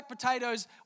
potatoes